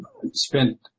spent